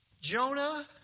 Jonah